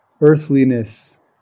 earthliness